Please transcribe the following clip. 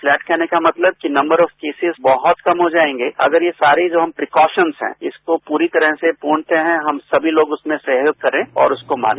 plate के आने का मतलब कि नम्बर ऑफ केसेज बहत कम हो जायेंगे अगर ये सारे जो प्रीकोशन्स हैं इसको पूरी तरह से पूर्णतया हम सभी लोग सहयोग करे और उसको माने